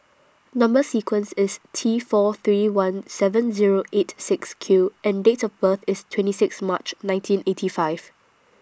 Number sequence IS T four three one seven Zero eight six Q and Date of birth IS twenty six March nineteen eighty five